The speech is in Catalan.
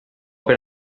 per